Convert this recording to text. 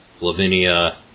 Lavinia